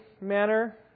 manner